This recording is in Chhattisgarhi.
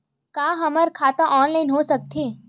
का हमर खाता ऑनलाइन हो सकथे?